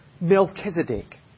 Melchizedek